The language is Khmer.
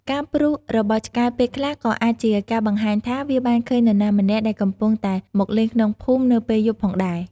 ការព្រុសរបស់ឆ្កែពេលខ្លះក៏អាចជាការបង្ហាញថាវាបានឃើញនរណាម្នាក់ដែលកំពុងតែមកលេងក្នុងភូមិនៅពេលយប់ផងដែរ។